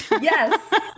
Yes